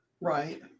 Right